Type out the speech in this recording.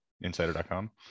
insider.com